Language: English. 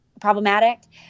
problematic